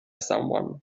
someone